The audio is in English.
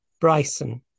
bryson